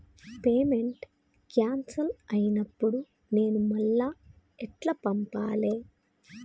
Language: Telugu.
పేమెంట్ క్యాన్సిల్ అయినపుడు నేను మళ్ళా ఎట్ల పంపాలే?